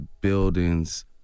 buildings